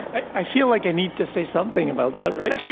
i feel like i need to say something about that, right?